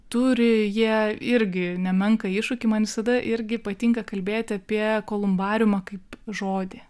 turi jie irgi nemenką iššūkį man visada irgi patinka kalbėti apie kolumbariumą kaip žodį